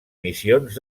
missions